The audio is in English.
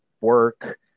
work